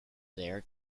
there